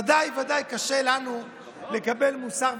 ודאי וודאי קשה לנו לקבל מוסר,